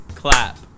clap